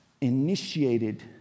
initiated